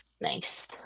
Nice